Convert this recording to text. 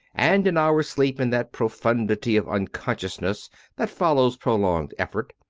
and an hour's sleep in that profundity of unconsciousness that follows prolonged effort,